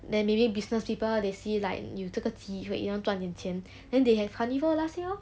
then maybe business people they see like 有这个机会 you know 赚点钱 then they have carnival last year lor